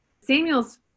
Samuel's